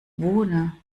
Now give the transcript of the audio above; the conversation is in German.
wohne